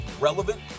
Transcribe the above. relevant